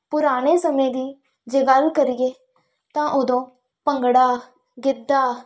ਪੁਰਾਣੇ ਸਮੇਂ ਦੀ ਜੇ ਗੱਲ ਕਰੀਏ ਤਾਂ ਉਦੋਂ ਭੰਗੜਾ ਗਿੱਧਾ